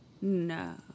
no